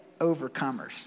overcomers